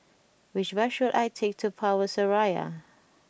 which bus should I take to Power Seraya